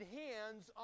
hands